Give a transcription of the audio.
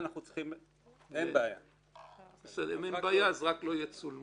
אנחנו נפתח בדבריה של אמי, שאנחנו תמיד